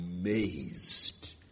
amazed